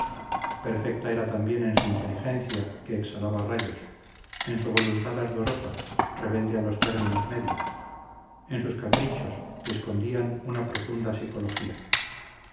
perfecta era también en su inteligencia que exhalaba rayos en su voluntad ardorosa rebelde a los términos medios en sus caprichos que escondían una profunda psicología